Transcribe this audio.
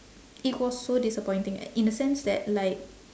it was so disappointing i~ in a sense that like